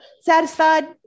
satisfied